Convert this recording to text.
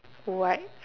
white